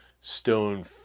stone